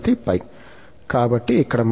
కాబట్టి ఇక్కడ మళ్ళీ మనకు1 2π1−